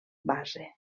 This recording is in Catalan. base